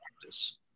practice